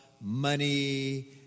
money